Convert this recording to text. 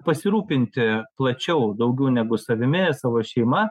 pasirūpinti plačiau daugiau negu savimi savo šeima